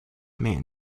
man